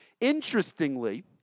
Interestingly